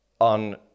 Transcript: on